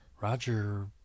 Roger